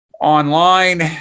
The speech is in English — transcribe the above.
online